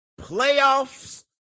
playoffs